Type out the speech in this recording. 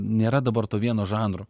nėra dabar to vieno žanro